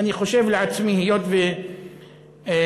אני חושב לעצמי, נגיד